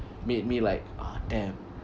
made me like ah damn